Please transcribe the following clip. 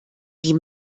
die